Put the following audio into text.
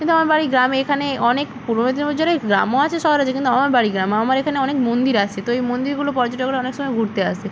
কিন্তু আমার বাড়ি গ্রামে এখানে অনেক পূর্ব মেদিনীপুর জেলায় গ্রামও আছে শহরও আছে কিন্তু আমার বাড়ি গ্রামে আমার এখানে অনেক মন্দির আছে তো ওই মন্দিরগুলো পর্যটকরা অনেক সময় ঘুরতে আসে